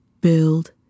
build